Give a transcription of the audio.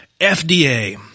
FDA